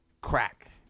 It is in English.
crack